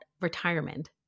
Retirement